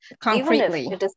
concretely